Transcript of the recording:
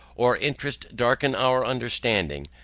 or interest darken our understanding,